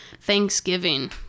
Thanksgiving